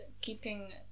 keeping